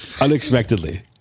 Unexpectedly